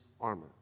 armor